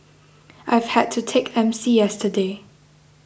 I've had to take M C yesterday